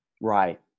Right